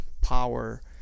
Power